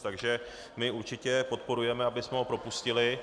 Takže my určitě podporujeme, abychom ho propustili.